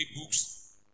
books